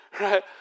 Right